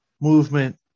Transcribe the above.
movement